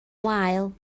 wael